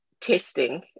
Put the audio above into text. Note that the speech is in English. testing